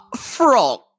frog